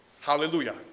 Hallelujah